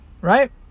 right